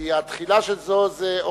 כי התחילה של זה היא